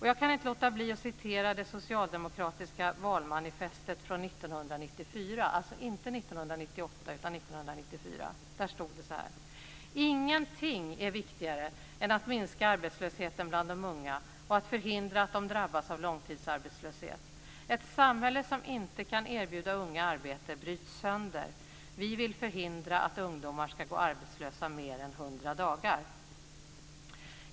Jag kan inte låta bli att citera det socialdemokratiska valmanifestet från 1994: "Ingenting är viktigare än att minska arbetslösheten bland de unga och att förhindra att de drabbas av långtidsarbetslöshet. Ett samhälle som inte kan erbjuda unga arbete bryts sönder. Vi vill förhindra att ungdomar ska gå arbetslösa mer än 100 dagar."